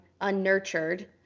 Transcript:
unnurtured